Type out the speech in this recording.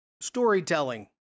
storytelling